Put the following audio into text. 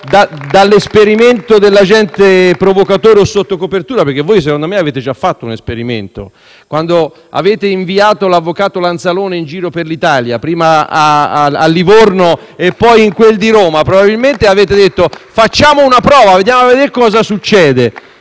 quanto riguarda l'agente provocatore o sotto copertura, secondo me avete già fatto un esperimento; quando avete inviato l'avvocato Lanzalone in giro per l'Italia, prima a Livorno e poi in quel di Roma, probabilmente avete fatto una prova per vedere cosa sarebbe